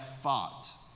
fought